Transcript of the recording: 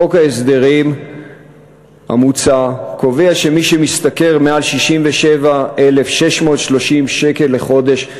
חוק ההסדרים המוצע קובע שמי שמשתכר יותר מ-67,630 שקלים בחודש,